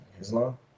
Islam